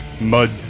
mud